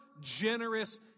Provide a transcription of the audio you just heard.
generous